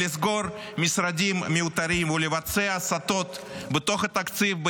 לסגור משרדים מיותרים ולבצע הסטות בתוך התקציב,